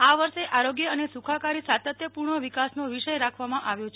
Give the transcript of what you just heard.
આ વર્ષે આરોગ્ય અને સુખાકારી સાતત્યપૂર્ણ વિકાસનો વિષય રાખવામાં આવ્યો છે